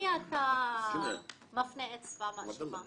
למי אתה מפנה אצבע מאשימה?